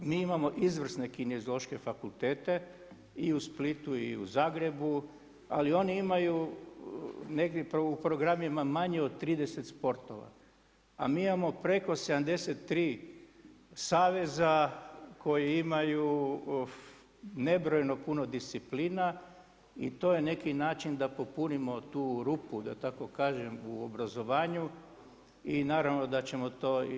Mi imamo izvrsne kineziološke fakultete i u Splitu i u Zagrebu, ali oni imaju negdje u programima manje od 30 sportova, a mi imamo preko 73 saveza koji imaju nebrojeno puno disciplina i to je neki način da popunimo tu rupu da tako kažem u obrazovanju i naravno da ćemo to i dalje činiti.